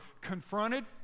confronted